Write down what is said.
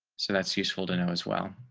so that's useful to know as well.